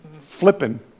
flipping